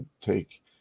take